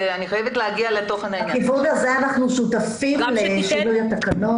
בכיוון הזה אנחנו שותפים לשינוי התקנות